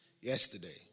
Yesterday